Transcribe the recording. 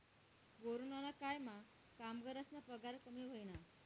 कोरोनाना कायमा कामगरस्ना पगार कमी व्हयना